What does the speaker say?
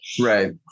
Right